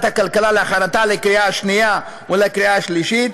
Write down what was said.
הכלכלה להכנתה לקריאה השנייה ולקריאה השלישית,